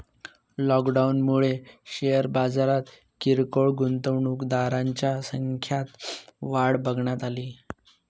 लॉकडाऊनमुळे शेअर बाजारात किरकोळ गुंतवणूकदारांच्या संख्यात वाढ बघण्यात अली